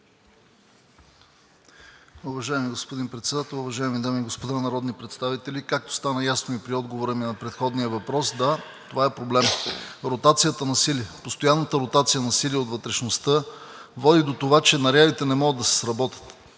Уважаеми господин Председател, уважаеми дами и господа народни представители! Както стана ясно и при отговора ми на предходния въпрос, да, това е проблем. Ротацията на сили, постоянната ротация на сили от вътрешността води до това, че нарядите не могат да се сработят.